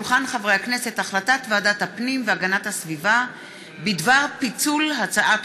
החלטת ועדת הפנים והגנת הסביבה בדבר פיצול הצעת